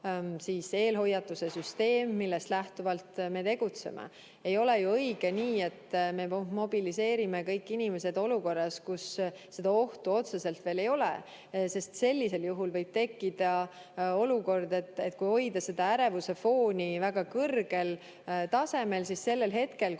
oma eelhoiatuse süsteem, millest lähtuvalt me tegutseme. Ei ole ju õige, et me mobiliseerime kõik inimesed olukorras, kus ohtu otseselt veel ei ole, sest sellisel juhul võib tekkida olukord, et kui hoida ärevuse fooni väga kõrgel tasemel, siis sellel hetkel, kui